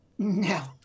No